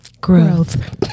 Growth